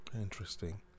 Interesting